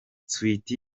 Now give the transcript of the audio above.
sweety